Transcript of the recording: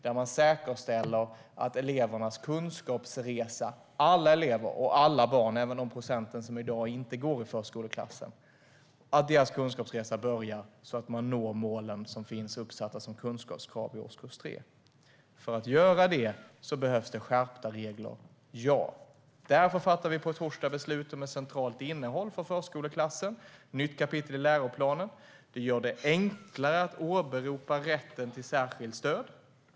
Man ska säkerställa att elevernas kunskapsresa - och det gäller alla elever och alla barn, även den procentandel som i dag inte går i förskoleklass - börjar så att de når de mål som finns uppsatta som kunskapskrav i årskurs 3. För att göra det behövs skärpta regler. Därför fattar vi på torsdag beslut om ett centralt innehåll för förskoleklassen. Det blir ett nytt kapitel i läroplanen. Vi gör det enklare att åberopa rätten till särskilt stöd.